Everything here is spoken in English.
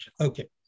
Okay